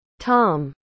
Tom